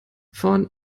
von